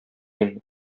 мин